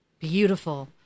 beautiful